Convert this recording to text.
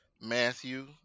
Matthew